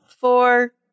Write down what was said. four